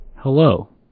Hello